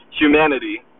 humanity